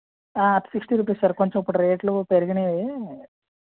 sixty rupees sir కొంచెం ఇప్పుడు రేట్లు పెరిగాయి